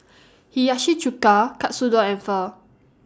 Hiyashi Chuka Katsudon and Pho